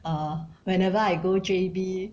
err whenever I go J_B